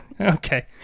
Okay